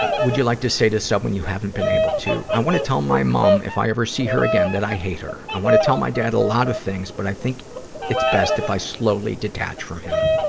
would you like to say to someone you haven't been able to? i wanna tell my mum, if i ever see her again, that i hate her. i wanna tell my dad a lot of things, but i think it's best if i slowly detach from him.